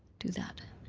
do that.